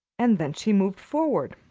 and then she moved forward.